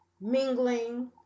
mingling